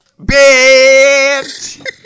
Bitch